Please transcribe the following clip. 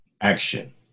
Action